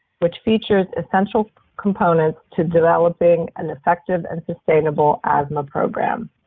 which features essential components to developing an effective and sustainable asthma program.